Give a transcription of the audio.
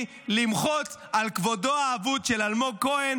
למחות על כבודו האבוד של אלמוג כהן,